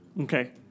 Okay